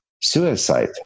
suicide